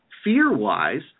Fear-wise